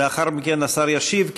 ולאחר מכן השר ישיב,